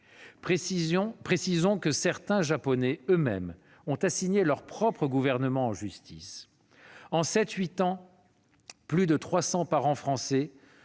Précisons que certains Japonais eux-mêmes ont assigné leur propre gouvernement en justice. En sept ou huit ans, plus de 300 parents français